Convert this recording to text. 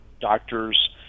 doctors